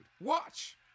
Watch